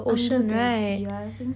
under the sea yeah I think